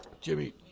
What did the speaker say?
Jimmy